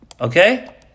Okay